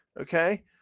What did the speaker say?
Okay